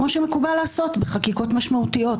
כמו שמקובל לעשות בחקיקות משמעותיות,